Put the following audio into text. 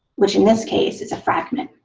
which in this case is a fragment.